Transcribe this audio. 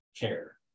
care